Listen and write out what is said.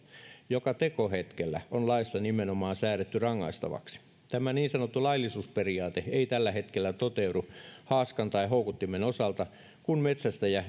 joka tekohetkellä on laissa nimenomaan säädetty rangaistavaksi tämä niin sanottu laillisuusperiaate ei tällä hetkellä toteudu haaskan tai houkuttimen osalta kun metsästäjä